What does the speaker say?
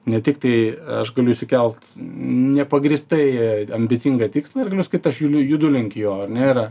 ne tiktai aš galiu išsikelt nepagrįstai ambicingą tikslą ir galiu sakyt aš julu judu link jo ar ne yra